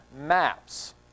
maps